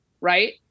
Right